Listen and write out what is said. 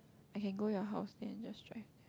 I can go your house then just drive